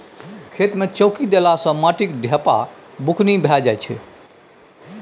खेत मे चौकी देला सँ माटिक ढेपा बुकनी भए जाइ छै